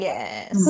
Yes